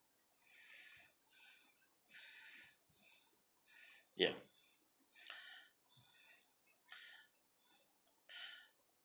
ya